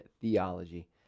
theology